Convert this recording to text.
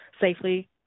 safely